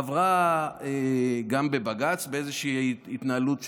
עברה גם בבג"ץ באיזושהי התנהלות,